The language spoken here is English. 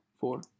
Four